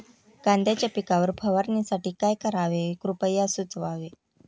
कांद्यांच्या पिकावर फवारणीसाठी काय करावे कृपया सुचवावे